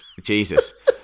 Jesus